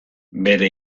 bere